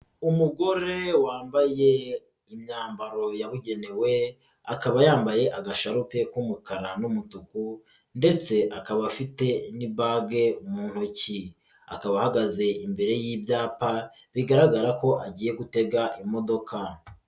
Umugore wambaye imyambaro yabugenewe akaba yambaye agasharupe k'umukara n'umutuku ndetse akaba afite n'ibage mu ntoki, akaba ahagaze imbere y'ibyapa bigaragara ko agiye gutega imodoka.